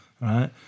right